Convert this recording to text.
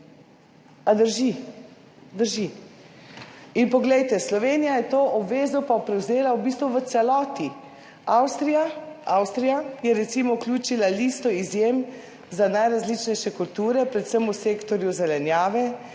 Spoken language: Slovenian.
A drži? Drži. In poglejte, Slovenija je to obvezo pa prevzela v bistvu v celoti, Avstrija, Avstrija je recimo vključila listo izjem za najrazličnejše kulture, predvsem v sektorju zelenjave,